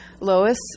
Lois